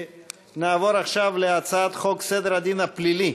נעבור עכשיו להצעת חוק סדר הדין הפלילי